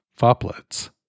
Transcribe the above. foplets